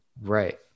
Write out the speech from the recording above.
Right